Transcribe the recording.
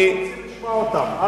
אנחנו רוצים לשמוע אותם.